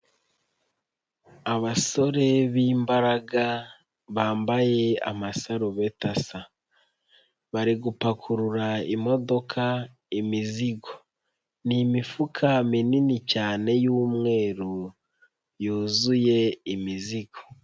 Abasore b'imbaraga, bambaye amasarubeti asa. Bari gupakurura imodoka imizigo. Ni imifuka minini cyane y'umweru yuzuye imizigo.